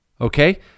okay